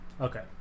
Okay